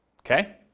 Okay